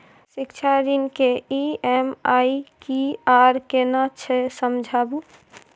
शिक्षा ऋण के ई.एम.आई की आर केना छै समझाबू?